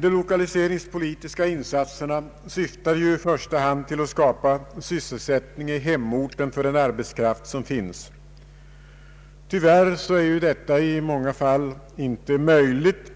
De lokaliseringspolitiska insatserna syftar ju i första hand till att skapa sysselsättning i hemorten för den arbetskraft som finns. Tyvärr är detta ofta inte möjligt,